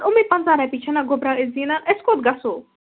یِمے پَنٛژاہ رۄپیہ چھِنا گوٚبرا أسۍ زینان أسۍ کوت گَژھو